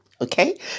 Okay